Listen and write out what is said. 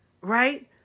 right